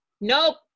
nope